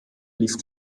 lief